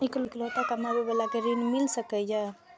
इकलोता कमाबे बाला के ऋण मिल सके ये?